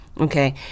Okay